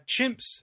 chimps